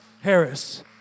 Harris